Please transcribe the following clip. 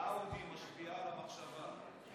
האאודי משפיעה על המחשבה.